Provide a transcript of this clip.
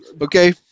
Okay